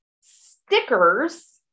stickers